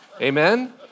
amen